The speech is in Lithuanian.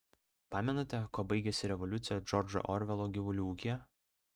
pamenate kuo baigėsi revoliucija džordžo orvelo gyvulių ūkyje